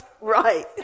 Right